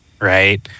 right